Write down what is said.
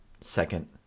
second